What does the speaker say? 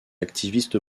activiste